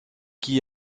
qui